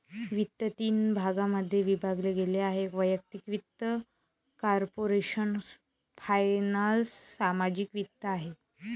वित्त तीन भागांमध्ये विभागले गेले आहेः वैयक्तिक वित्त, कॉर्पोरेशन फायनान्स, सार्वजनिक वित्त